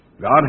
God